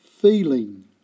Feeling